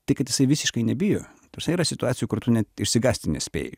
tai kad jisai visiškai nebijo ta prasme yra situacijų kur tu net išsigąsti nespėji